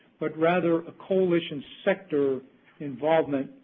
but rather a coalition sector involvement,